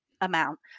amount